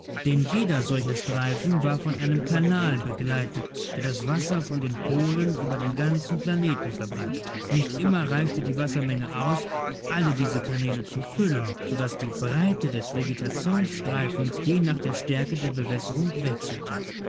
denn jeder solcher streifen war von einem kanal begleitet der das wasser von den polen über den ganzen planeten verbreitete nicht immer reichte die wassermenge aus alle diese kanäle zu füllen so daß die breite des vegetationsstreifens je nach der stärke der bewässerung wechselte